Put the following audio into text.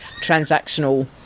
transactional